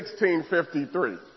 1653